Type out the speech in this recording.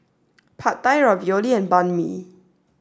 Pad Thai Ravioli and Banh Mi